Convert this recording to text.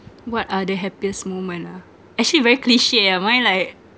what are the happiest moment ah actually very cliche ah mine like